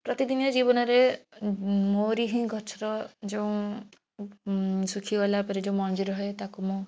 ପ୍ରତିଦିନିଆ ଜୀବନରେ ମୋରି ହିଁ ଗଛର ଯୋଉଁ ଶୁଖିଗଲା ପରେ ଯେଉଁ ମଞ୍ଜି ରୁହେ ତାକୁ ମୁଁ